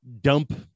dump